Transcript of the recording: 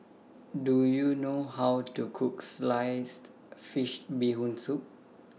Do YOU know How to Cook Sliced Fish Bee Hoon Soup